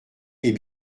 est